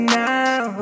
now